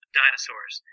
dinosaurs